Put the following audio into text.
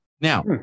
Now